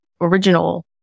original